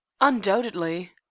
Undoubtedly